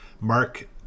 Mark